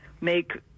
make